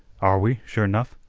are we, sure nough?